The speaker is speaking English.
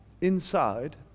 inside